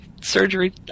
surgery